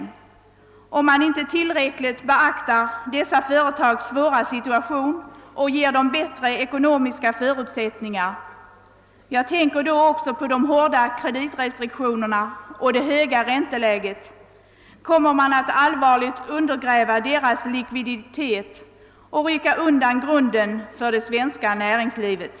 Om man vid utformningen av denna inte tillräckligt beaktar småföretagens svåra situation och ger dem bättre ekonomiska resurser — jag tänker då också på de hårda kreditrestriktionerna och det höga ränteläget — kommer man att allvarligt undergräva deras likviditet och rycka undan grunden för det svenska näringslivet.